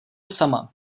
sama